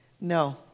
No